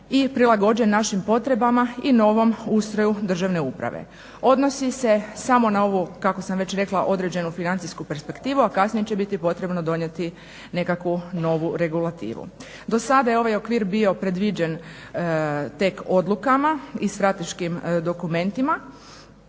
i prilagođen našim potrebama i novom ustroju državne uprave. Odnosi se samo na ovu kako sam već rekla određenu financijsku perspektivu a kasnije će biti potrebno donijeti nekakvu novu regulativu. Do sada je ovaj okvir bio predviđen tek odlukama i strateškim dokumentima,